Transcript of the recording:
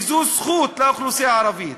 וזו זכות של האוכלוסייה הערבית.